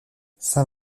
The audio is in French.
saint